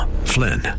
Flynn